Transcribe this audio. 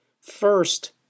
First